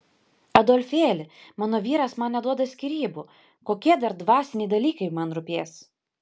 adolfėli mano vyras man neduoda skyrybų kokie dar dvasiniai dalykai man rūpės